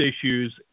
issues